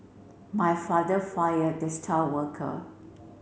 my father fired the star worker